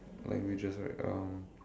languages right um